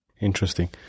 Interesting